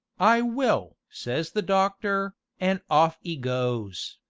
i will says the doctor, an' off e goes.